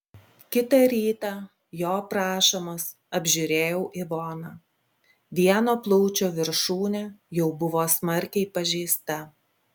kitą rytą jo prašomas apžiūrėjau ivoną vieno plaučio viršūnė jau buvo smarkiai pažeista